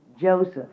Joseph